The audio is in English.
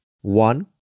One